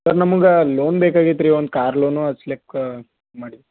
sir ನಮ್ಗೆ loan ಬೇಕಾಗಿತ್ತು ರೀ ಒಂದು ಕಾರ್ ಲೋನು ಹಚ್ಲಿಕ್ಕ ಮಾಡಿದ್ದು